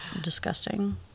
disgusting